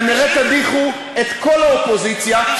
90. כנראה תדיחו את כל האופוזיציה,